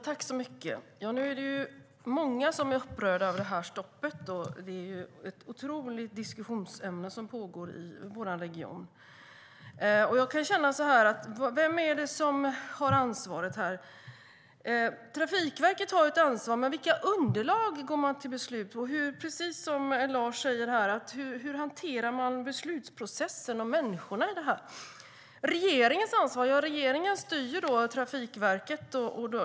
Fru talman! Många är upprörda över stoppet, och det pågår en otrolig diskussion i vår region. Vem har ansvaret här? Trafikverket har ett ansvar, men vilka underlag går man till beslut på? Precis som Lars undrar jag hur man hanterar beslutsprocessen och människorna i det här. Regeringens ansvar ligger i att den styr Trafikverket.